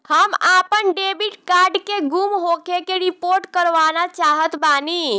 हम आपन debit card के गुम होखे के रिपोर्ट करवाना चाहत बानी